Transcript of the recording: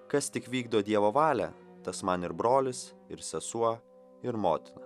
kas tik vykdo dievo valią tas man ir brolis ir sesuo ir motina